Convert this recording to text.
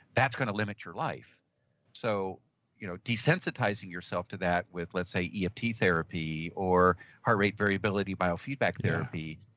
that's going to limit your life so you know desensitizing yourself to that with, let's say, yeah with therapy or heart rate variability biofeedback therapy,